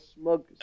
smug